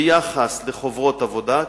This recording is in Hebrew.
ביחס לחוברות עבודה.